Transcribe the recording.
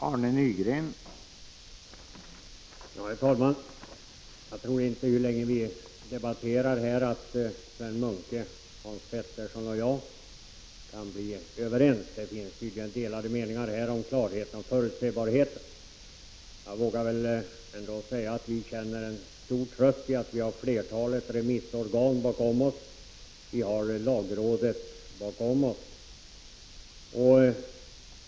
Herr talman! Hur länge Sven Munke, Hans Petersson i Röstånga och jag än debatterar tror jag inte att vi kan bli överens. Här finns tydligen delade meningar om klarheten och förutsebarheten. Jag vågar ändå säga att vi i majoriteten känner stor tröst i att vi har flertalet remissorgan och lagrådet bakom oss.